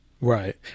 right